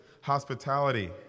hospitality